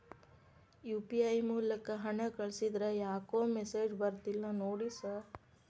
UPI ಮೂಲಕ ಹಣ ಕಳಿಸಿದ್ರ ಯಾಕೋ ಮೆಸೇಜ್ ಬರ್ತಿಲ್ಲ ನೋಡಿ ಸರ್?